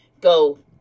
go